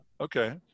Okay